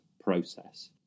process